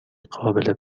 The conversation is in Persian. قابل